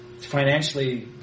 financially